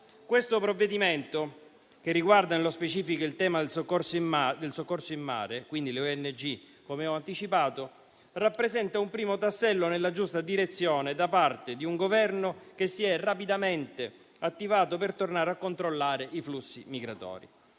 Questo provvedimento che riguarda nello specifico il tema del soccorso in mare, quindi le ONG, rappresenta un primo tassello nella giusta direzione da parte di un Governo che si è rapidamente attivato per tornare a controllare i flussi migratori.